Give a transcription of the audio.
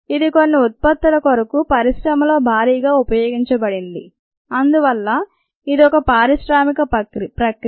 ఇది కొన్ని ఉత్పత్తుల కొరకు పరిశ్రమలో భారీగా ఉపయోగించబడింది అందువల్ల ఇది ఒక పారిశ్రామిక ప్రక్రియ